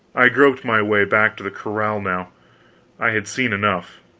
i groped my way back to the corral now i had seen enough.